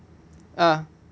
ah